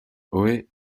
ohé